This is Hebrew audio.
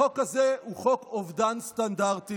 החוק הזה הוא חוק אובדן סטנדרטים.